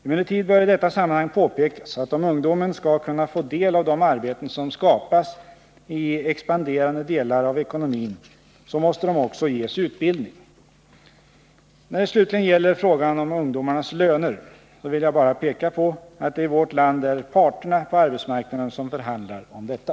Emellertid bör i detta sammanhang påpekas att om ungdomen skall kunna få del av de arbeten som skapas i expanderande delar av ekonomin, måste de också ges utbildning. När det slutligen gäller frågan om ungdomarnas löner vill jag bara peka på att det i vårt land är parterna på arbetsmarknaden som förhandlar om detta.